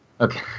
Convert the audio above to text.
Okay